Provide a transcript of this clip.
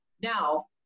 Now